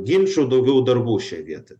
ginčų daugiau darbų šioj vietoj